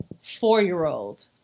four-year-old